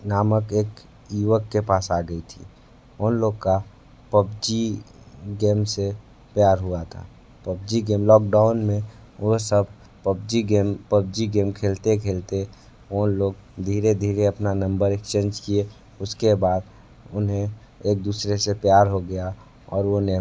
नामक एक युवक के पास आ गई थीं उन लोग का पबजी गेम से प्यार हुआ था पबजी गेम लॉक डाउन में वो सब पबजी गेम पबजी गेम खेलते खेलते वो लोग धीरे धीरे अपना नंबर एक्सचेंज किए उसके बाद उन्हें एक दूसरे से प्यार हो गया और उन्हें